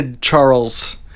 charles